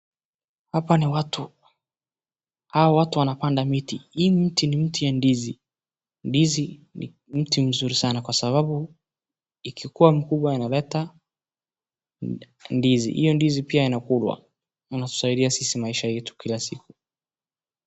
Hapa ni watu. Hawa watu wanapanda miti. Hii mti ni mti ya ndizi. Ndizi ni mti mzuri sana kwa sababu, ikikuwa mkubwa inaleta ndizi, hio ndizi pia yanakulwa, inatusaidia sisi maisha yetu kila siku.